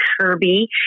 Kirby